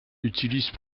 utilise